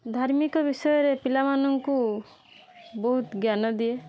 ଧାର୍ମିକ ବିଷୟରେ ପିଲାମାନଙ୍କୁ ବହୁତ ଜ୍ଞାନ ଦିଏ